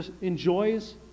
enjoys